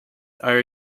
are